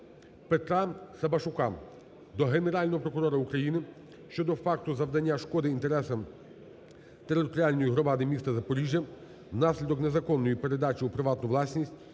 Петра Сабашука до Генерального прокурора України щодо факту завдання шкоди інтересам територіальної громади міста Запоріжжя внаслідок незаконної передачі у приватну власність